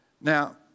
Now